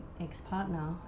ex-partner